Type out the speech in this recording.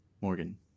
Morgan